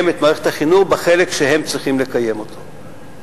את מערכת החינוך בחלק שהם צריכים לקיים אותה.